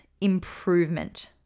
improvement